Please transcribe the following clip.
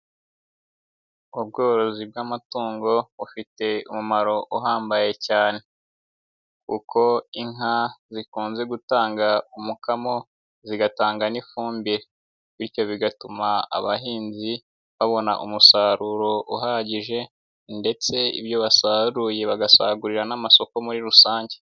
Ubworozi bw'amatungo, bufite umumaro uhambaye cyane kuko inka zikunze gutanga umukamo, zigatanga n'ifumbire bityo bigatuma abahinzi, babona umusaruro uhagije ndetse ibyo basaruye bagasagurira n'amasoko muri rusange.